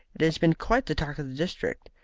it has been quite the talk of the district.